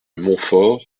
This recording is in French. montfort